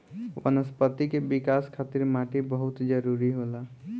वनस्पति के विकाश खातिर माटी बहुत जरुरी होला